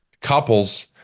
couples